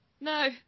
No